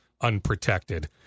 unprotected